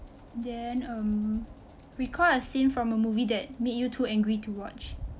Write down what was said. then um recall a scene from a movie that made you too angry to watch